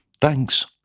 Thanks